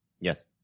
Yes